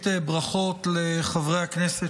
חברת הכנסת